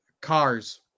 cars